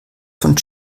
von